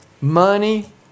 money